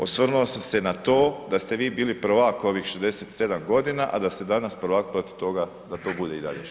Osvrnuo sam na to da ste vi bili prvak ovih 67 godina, a da ste danas prvak protiv toga da to bude i dalje 60.